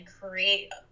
create